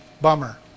Bummer